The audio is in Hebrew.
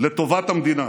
לטובת המדינה.